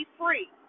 free